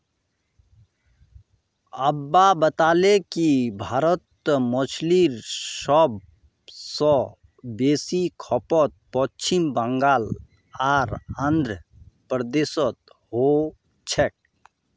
अब्बा बताले कि भारतत मछलीर सब स बेसी खपत पश्चिम बंगाल आर आंध्र प्रदेशोत हो छेक